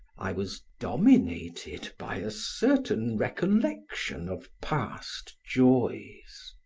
i was dominated by a certain recollection of past joys.